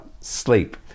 sleep